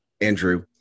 Andrew